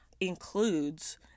includes